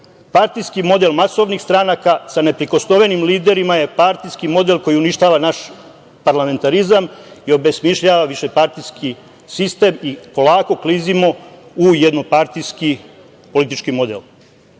partijski model masovnih stranaka sa neprikosnovenim liderima je partijski model koji uništava naš parlamentarizam i obesmišljava višepartijski sistem i polako klizimo u jednopartijski politički model.